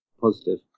positive